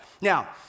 Now